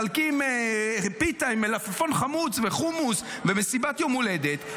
מחלקים פיתה עם מלפפון חמוץ וחומוס ומסיבת יום הולדת,